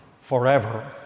forever